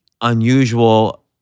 unusual